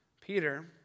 Peter